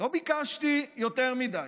לא ביקשתי יותר מדי.